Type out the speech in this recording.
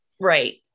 Right